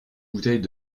bouteilles